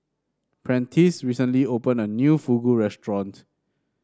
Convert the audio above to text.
Prentiss recently opened a new Fugu Restaurant